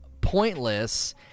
pointless